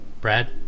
Brad